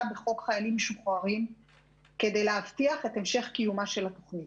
בחוק חיילים משוחררים כדי להבטיח את קיומה של התוכנית.